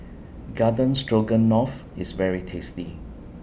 Garden Stroganoff IS very tasty